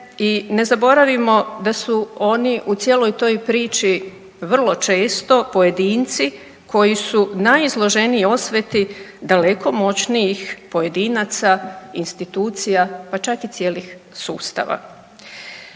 i ne zaboravimo da su oni u cijeloj toj priči vrlo često pojedinci koji su najizloženiji osveti daleko moćnijih pojedinaca i institucija, pa čak i cijelih sustava.